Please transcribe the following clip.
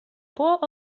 por